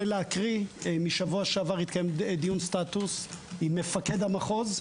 בשבוע שעבר התקיים דיון סטטוס עם מפקד המחוז,